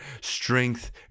strength